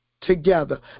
together